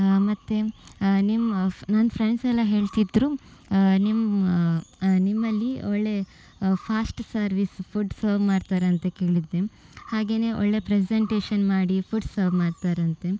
ಮತ್ತು ನಿಮ್ಮ ನನ್ನ ಫ್ರೆಂಡ್ಸ್ ಎಲ್ಲ ಹೇಳ್ತಿದ್ದರು ನಿಮ್ಮ ನಿಮ್ಮಲ್ಲಿ ಒಳ್ಳೆಯ ಫಾಸ್ಟ್ ಸರ್ವಿಸ್ ಫುಡ್ ಸರ್ವ್ ಮಾಡ್ತಾರೆ ಅಂತ ಕೇಳಿದ್ದೆ ಹಾಗೆಯೇ ಒಳ್ಳೆಯ ಪ್ರೆಸೆಂಟೇಶನ್ ಮಾಡಿ ಫುಡ್ ಸರ್ವ್ ಮಾಡ್ತಾರಂತೆ